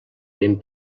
eren